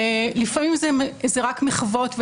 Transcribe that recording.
ולפעמים זה רק מחוות,